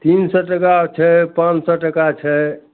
तीन सए टका छै पॉँच सए टका छै